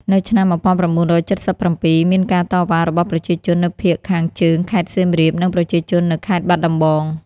នៅឆ្នាំ១៩៧៧ មានការតវ៉ារបស់ប្រជាជននៅភាគខាងជើងខេត្តសៀមរាប និង ប្រជាជននៅខេត្តបាត់ដំបង។